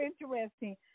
interesting